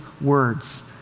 words